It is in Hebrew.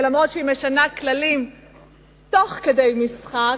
ואף-על-פי שהיא משנה כללים תוך כדי משחק,